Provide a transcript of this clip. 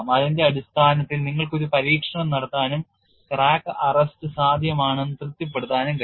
അതിന്റെ അടിസ്ഥാനത്തിൽ നിങ്ങൾക്ക് ഒരു പരീക്ഷണം നടത്താനും ക്രാക്ക് അറസ്റ്റ് സാധ്യമാണെന്ന് തൃപ്തിപ്പെടുത്താനും കഴിയും